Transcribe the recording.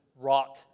rock